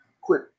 quit